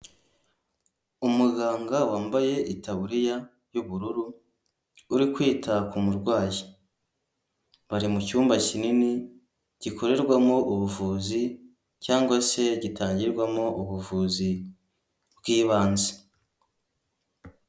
Umuganga wambaye itaburiya y'ubururu uri kwita ku murwayi, bari mu cyumba kinini gikorerwamo ubuvuzi cyangwa se gitangirwamo ubuvuzi bw'ibanze.